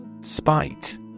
Spite